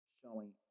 showing